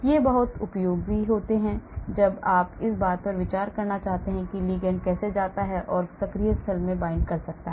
ये तब बहुत उपयोगी होते हैं जब आप इस बात पर विचार करना चाहते हैं कि लिगैंड कैसे जाता है और सक्रिय स्थल में bind कर सकता है